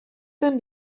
zen